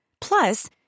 Plus